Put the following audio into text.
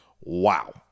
Wow